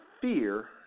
fear